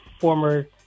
former